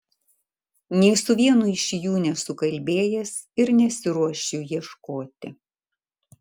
nė su vienu iš jų nesu kalbėjęs ir nesiruošiu ieškoti